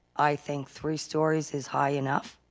i think three stories is high enough.